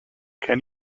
can